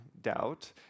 doubt